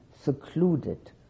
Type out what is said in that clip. secluded